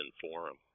forum